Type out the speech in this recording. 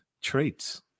traits